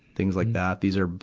things like that. these are,